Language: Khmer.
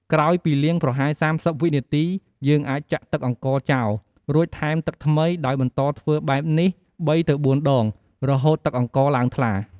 ក្រោយពីលាងប្រហែល ៣០វិនាទី យើងអាចចាក់ទឹកអង្ករចោល រួចថែមទឹកថ្មី ដោយបន្តធ្វើបែបនេះ ៣ ទៅ៤ដង រហូតទឹកអង្ករឡើងថ្លា។